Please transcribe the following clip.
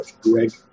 Greg